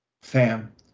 Fam